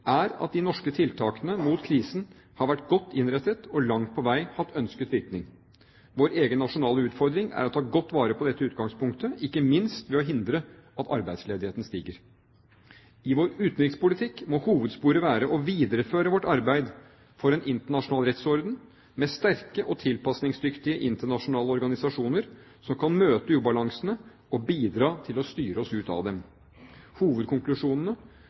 er at de norske tiltakene mot krisen har vært godt innrettet og langt på vei hatt ønsket virkning. Vår egen nasjonale utfordring er å ta godt vare på dette utgangspunktet – ikke minst ved å hindre at arbeidsledigheten stiger. I vår utenrikspolitikk må hovedsporet være å videreføre vårt arbeid for en internasjonal rettsorden med sterke og tilpasningsdyktige internasjonale organisasjoner som kan møte ubalansene og bidra til å styre oss ut av dem. Hovedkonklusjonene